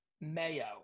Mayo